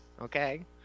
okay